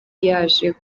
yaje